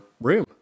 room